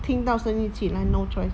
听到声音起来 no choice